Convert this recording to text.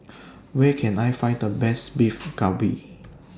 Where Can I Find The Best Beef Galbi